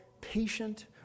patient